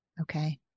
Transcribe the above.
Okay